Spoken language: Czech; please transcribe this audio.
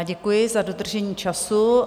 Děkuji za dodržení času.